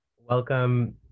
Welcome